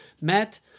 Matt